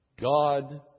God